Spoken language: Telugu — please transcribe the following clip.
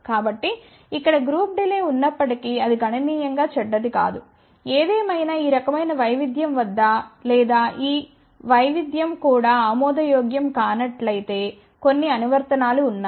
కాబట్టి ఇక్కడ గ్రూప్ డిలే ఉన్నప్పటికీ అది గణనీయం గా చెడ్డది కాదు ఏదేమైనా ఈ రకమైన వైవిధ్యం వద్ద లేదా ఈ వైవిధ్యం కూడా ఆమోదయోగ్యం కానట్లయితే కొన్ని అనువర్తనాలు ఉన్నాయి